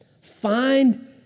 Find